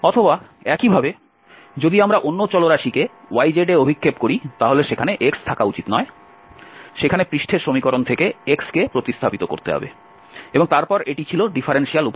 অথবা একইভাবে যদি আমরা অন্য চলরাশিকে yz এ অভিক্ষেপ করি তাহলে সেখানে x থাকা উচিত নয় সেখানে পৃষ্ঠের সমীকরণ থেকে x প্রতিস্থাপিত হবে এবং তারপর এটি ছিল ডিফারেনশিয়াল উপাদান